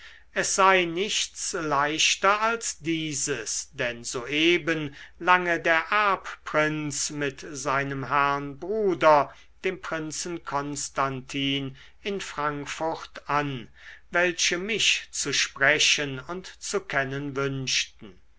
es sei nichts leichter als dieses denn soeben lange der erbprinz mit seinem herrn bruder dem prinzen konstantin in frankfurt an welche mich zu sprechen und zu kennen wünschten